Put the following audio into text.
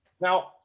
Now